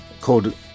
called